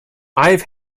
i’ve